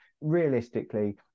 realistically